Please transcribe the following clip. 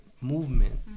movement